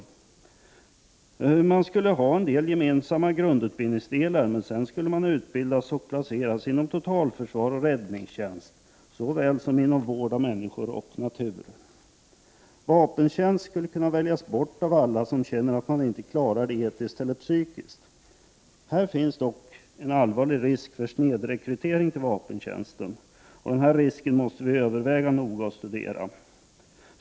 Delar av grundutbildningen skulle vara gemensamma, men sedan skulle man utbildas och placeras inom totalförsvar och räddningstjänst såväl som inom vård av människor och natur. Vapentjänst skulle kunna väljas bort av alla som känner att de inte klarar den etiskt och psykiskt. Här finns dock en allvarlig risk för snedrekrytering till vapentjänsten. Denna risk måste noga övervägas och studeras.